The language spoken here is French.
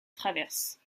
traverse